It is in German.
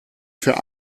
für